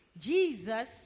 Jesus